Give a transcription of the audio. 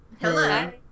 hello